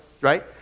Right